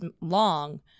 long